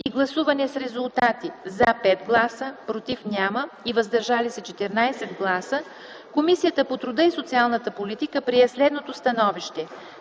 и гласуване с резултати: „за” – 5 гласа, „против” – няма, и „въздържали се” – 14 гласа, Комисията по труда и социалната политика прие следното становище: